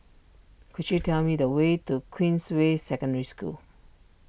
could you tell me the way to Queensway Secondary School